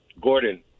Gordon